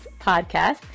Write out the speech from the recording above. podcast